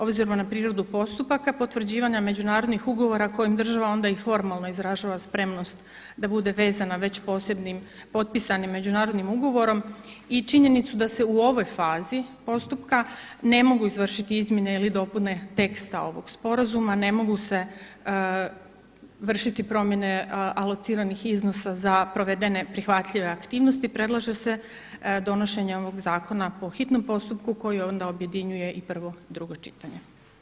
Obzirom na prirodu postupaka potvrđivanja međunarodnih ugovora kojim država onda i formalno izražava spremnost da bude vezana već posebnim potpisanim međunarodnim ugovorom i činjenicu da se u ovoj fazi postupka ne mogu izvršiti izmjene ili dopune teksta ovog sporazuma, ne mogu se vršiti promjene alociranih iznosa za provedene prihvatljive aktivnosti predlaže se donošenje ovog zakona po hitnom postupku koji onda objedinjuje i prvo i drugo čitanje.